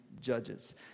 Judges